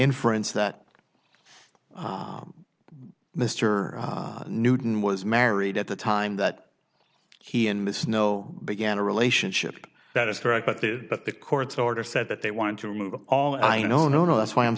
inference that mr newton was married at the time that he and miss no began a relationship that is correct but the but the court's order said that they wanted to move all i no no no that's why i'm